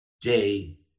day